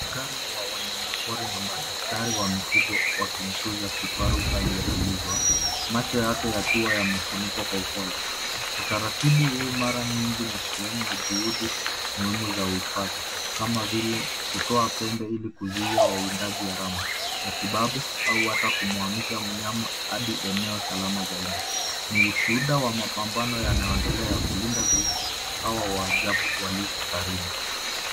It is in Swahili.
Askari wa wanyamapori na madaktari wa mifugo wakimtunza kifaru alietulizwa, macho yake yakiwa yamefunikuwa kiupole. Utaratibu huu mara nyingi ni sehemu ya juhudi muhimu za uhifadhi, kama vile kutoa pembe ili kuzui ya wawindaji ya haramu matibabu au ata kumhamisha mnyama hadi eneo salama zaidi. Ni ushuhuda wa mapambano ya yanayoendelea kulinda viumbe hawa wa jabu walio hatarini.